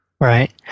Right